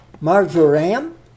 marjoram